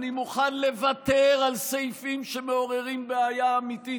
אני מוכן מראש לוותר על סעיפים שמעוררים בעיה אמיתית,